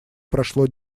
прошло